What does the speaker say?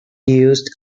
used